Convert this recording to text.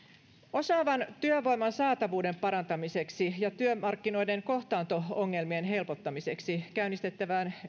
osaavan työvoiman saatavuuden parantamiseksi ja työmarkkinoiden kohtaanto ongelmien helpottamiseksi käynnistettävään